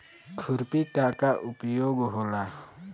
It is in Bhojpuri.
खुरपी का का उपयोग होला?